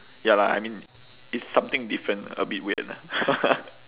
ya lah I mean it's something different a bit weird lah